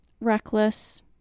reckless